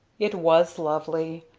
it was lovely.